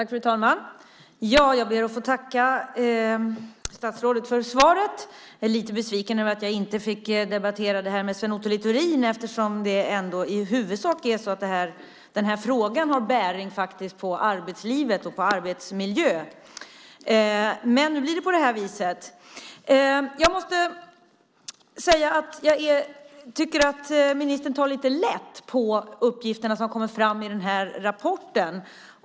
Fru talman! Jag ber att få tacka statsrådet för svaret. Jag är lite besviken över att jag inte fick debattera det här med Sven Otto Littorin eftersom frågan ändå i huvudsak har bäring på arbetslivet och arbetsmiljön. Men nu blir det på det här viset. Jag måste säga att jag tycker att ministern tar lite lätt på de uppgifter som kommer fram i rapporten.